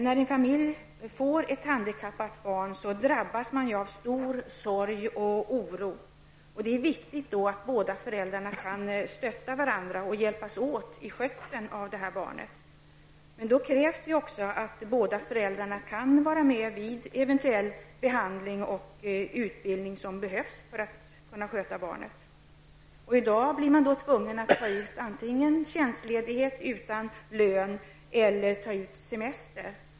När en familj får ett handikappat barn drabbas man av stor sorg och oro. Det är viktigt att båda föräldrarna kan stötta varandra och hjälpas åt i skötseln av barnet. Men då krävs det att båda föräldrarna kan vara med vid eventuell behandling och få den utbildning som behövs för att kunna sköta barnet. I dag blir föräldrar tvungna att antingen ta tjänstledigt utan lön eller att ta semester.